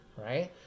right